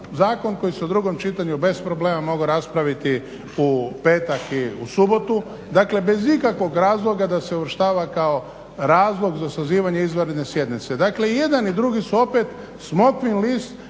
zakon koji se u drugom čitanju bez problema mogao raspraviti u petak i u subotu. Dakle, bez ikakvog razloga da se uvrštava kao razlog za sazivanje izvanredne sjednice. Dakle i jedan i drugi su opet smokvin list